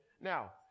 Now